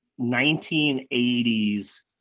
1980s